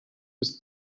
ist